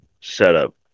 setup